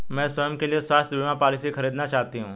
मैं स्वयं के लिए स्वास्थ्य बीमा पॉलिसी खरीदना चाहती हूं